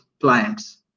clients